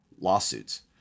lawsuits